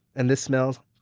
and this smells